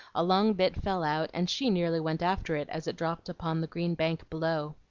a long bit fell out, and she nearly went after it, as it dropped upon the green bank below.